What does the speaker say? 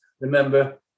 Remember